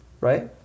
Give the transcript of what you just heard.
right